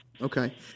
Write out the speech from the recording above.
Okay